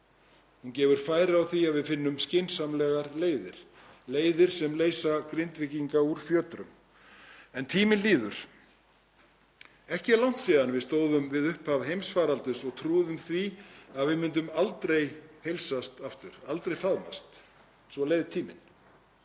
Hún gefur færi á því að við finnum skynsamlegar leiðir, leiðir sem leysa Grindvíkinga úr fjötrum. En tíminn líður. Ekki er langt síðan við stóðum við upphaf heimsfaraldurs og trúðum því að við myndum aldrei heilsast aftur, aldrei faðmast aftur, og svo leið tíminn.